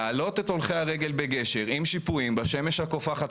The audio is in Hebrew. להעלות את הולכי הרגל בגשר עם שיפועים בשמש הקופחת,